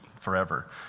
forever